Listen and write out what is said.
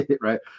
right